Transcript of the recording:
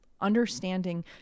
understanding